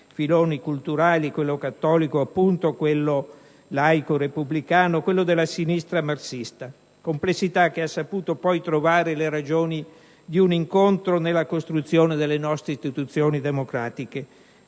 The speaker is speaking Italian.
filoni culturali - quello cattolico appunto, quello laico repubblicano e quello della sinistra marxista - complessità che ha saputo poi trovare le ragioni di un incontro nella costruzione delle nostre istituzioni democratiche,